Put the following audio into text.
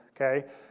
okay